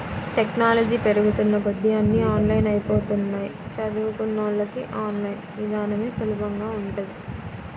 technology పెరుగుతున్న కొద్దీ అన్నీ ఆన్లైన్ అయ్యిపోతన్నయ్, చదువుకున్నోళ్ళకి ఆన్ లైన్ ఇదానమే సులభంగా ఉంటది